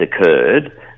occurred